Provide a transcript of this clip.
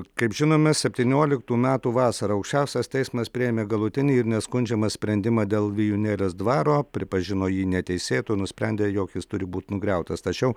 kaip žinome septynioliktų metų vasarą aukščiausias teismas priėmė galutinį ir neskundžiamą sprendimą dėl vijūnėlės dvaro pripažino jį neteisėtu nusprendė jog jis turi būt nugriautas tačiau